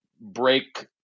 break